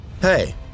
Hey